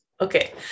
Okay